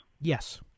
Yes